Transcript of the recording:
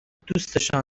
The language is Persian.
دوستشان